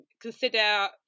consider